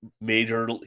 major